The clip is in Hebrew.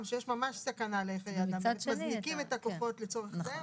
שיש ממש סכנה ומזניקים את הכוחות לצורך זה,